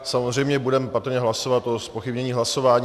Samozřejmě budeme patrně hlasovat o zpochybnění hlasování.